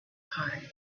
heart